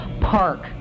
park